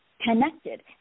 connected